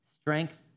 Strength